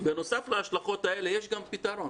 בנוסף להשלכות האלה יש גם פתרון